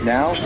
Now